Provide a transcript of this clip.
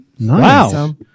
wow